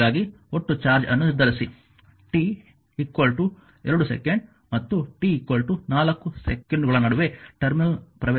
3 ಗಾಗಿ ಒಟ್ಟು ಚಾರ್ಜ್ ಅನ್ನು ನಿರ್ಧರಿಸಿ t 2 ಸೆಕೆಂಡ್ ಮತ್ತು t 4 ಸೆಕೆಂಡುಗಳ ನಡುವೆ ಟರ್ಮಿನಲ್ ಪ್ರವೇಶಿಸುವ ಒಟ್ಟು ಚಾರ್ಜ್ ಅನ್ನು ನಿರ್ಧರಿಸಿ